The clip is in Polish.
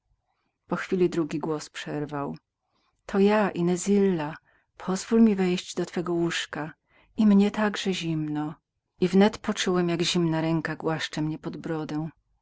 po chwili drugi głos przerwał to ja inezilla paszeko niepoznajesz że twojej kochanki i mnie także zimno i wnet poczułem jak zimna ręka głaskała mnie pod brodę